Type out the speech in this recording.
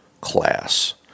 class